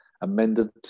amended